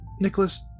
Nicholas